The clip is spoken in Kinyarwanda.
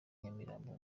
nyamirambo